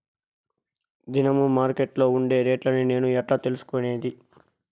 దినము మార్కెట్లో ఉండే రేట్లని నేను ఎట్లా తెలుసుకునేది?